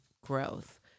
growth